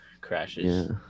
crashes